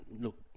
look